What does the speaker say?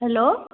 hello